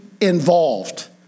involved